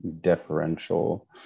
deferential